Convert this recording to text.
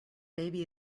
baby